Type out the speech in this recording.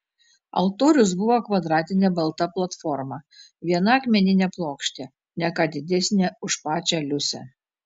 altorius buvo kvadratinė balta platforma viena akmeninė plokštė ne ką didesnė už pačią liusę